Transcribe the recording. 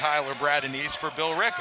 tyler brad and these for bill r